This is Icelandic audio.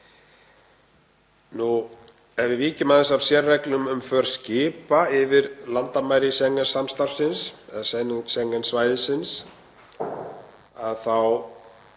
Ef við víkjum aðeins að sérreglum um för skipa yfir landamæri Schengen-svæðisins þá